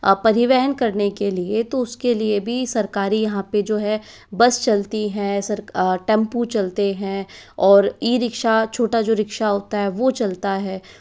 परिवहन करने के लिए तो उसके लिए भी सरकारी यहाँ पर जो है बस चलती है टेम्पू चलते हैं और ई रिक्शा छोटा जो रिक्शा होता है वो चलता है